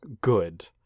good